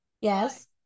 Yes